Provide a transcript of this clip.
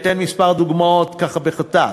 אתן כמה דוגמאות, ככה בחטף: